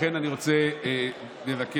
ולכן אני רוצה לבקש,